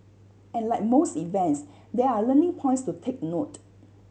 and like most events there are learning points to take note